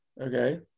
okay